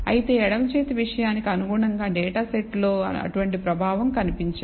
అయితే ఎడమ చేతి విషయానికి అనుగుణంగా డేటా సెట్లో అటువంటి ప్రభావం కనిపించదు